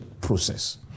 process